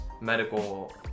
medical